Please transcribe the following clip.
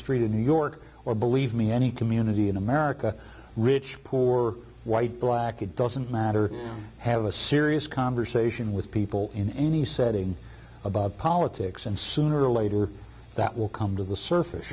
street in new york or believe me any community in america rich poor white black it doesn't matter have a serious conversation with people in any setting about politics and sooner or later that will come to the surface